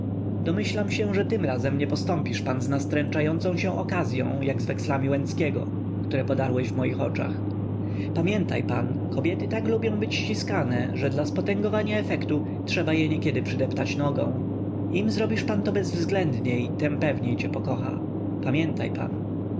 domyślam się że tym razem nie postąpisz pan z nastręczającą się okazyą jak z wekslami łęckiego które podarłeś w moich oczach pamiętaj pan kobiety tak lubią być ściskane że dla spotęgowania efektu trzeba je niekiedy przydeptać nogą im zrobisz pan to bezwzględniej tem pewniej cię pokocha pamiętaj pan